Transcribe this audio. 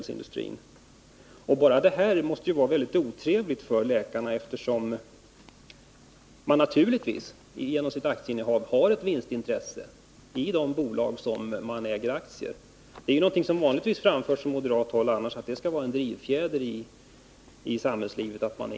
Enbart detta förhållande måste ju vara mycket otrevligt för läkarna, eftersom de genom sitt aktieinnehav naturligtvis har ett vinstintresse i de bolag där de äger aktier. Intresset för en högre vinst brukar på moderat håll sägas vara en drivfjäder i samhällslivet.